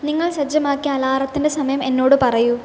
നിങ്ങൾ സജ്ജമാക്കിയ അലാറത്തിൻ്റെ സമയം എന്നോട് പറയൂ